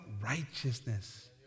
righteousness